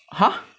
ha